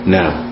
now